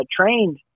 trained